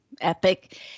epic